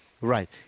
Right